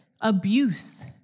abuse